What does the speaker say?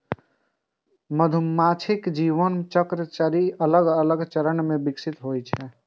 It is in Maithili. मधुमाछीक जीवन चक्र चारि अलग अलग चरण मे विकसित होइ छै